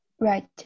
Right